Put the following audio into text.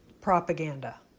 propaganda